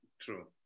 True